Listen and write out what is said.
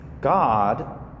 God